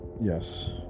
Yes